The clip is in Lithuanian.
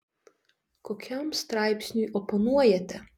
kokiam straipsniui oponuojate